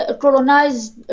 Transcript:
colonized